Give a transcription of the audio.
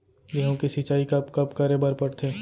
गेहूँ के सिंचाई कब कब करे बर पड़थे?